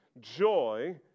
joy